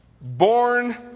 Born